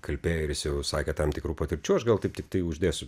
kalbėję ir jau sakė tam tikrų patirčių aš gal taip tiktai uždėsiu